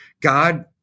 God